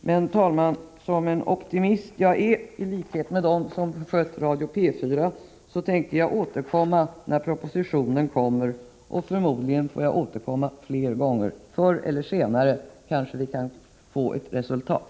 Men som den optimist jag är — i likhet med dem som sköter Radio P4 — tänker jag återkomma när propositionen kommer, och förmodligen får jag återkomma fler gånger. Förr eller senare kanske vi kan få ett resultat.